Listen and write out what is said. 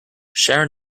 sharon